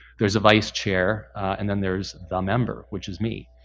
there's a vice chair and then there's the member which is me.